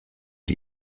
die